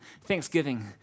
Thanksgiving